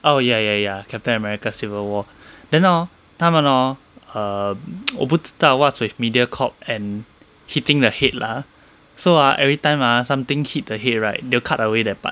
oh ya ya ya captain america civil war then hor 他们 hor err 我不知道 what's with Mediacorp and hitting the head lah so ah every time ah something hit the head right they'll cut away that part